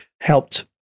helped